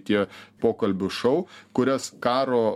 tie pokalbių šou kurias karo